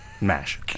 Mash